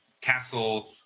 castle